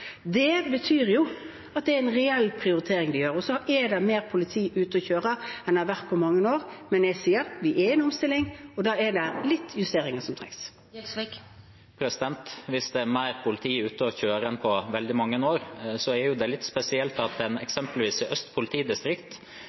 Det betyr at de gjør en reell prioritering. Det er også mer politi ute og kjører enn det har vært på mange år. Men vi er i en omstilling, og da trengs det litt justeringer. Hvis det er mer politi ute og kjører enn på veldig mange år, er det litt spesielt at det siste som har blitt gjort fra politimesterens side i Øst politidistrikt,